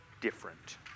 different